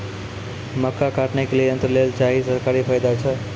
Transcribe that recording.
मक्का काटने के लिए यंत्र लेल चाहिए सरकारी फायदा छ?